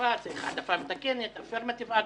שפה וצריך העדפה מתקנת affirmative action.